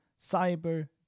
Cyber